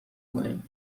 کنیم